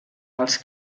als